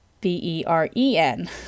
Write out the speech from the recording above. B-E-R-E-N